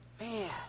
Man